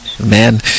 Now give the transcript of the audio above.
Man